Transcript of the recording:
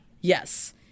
Yes